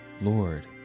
Lord